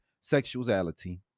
sexuality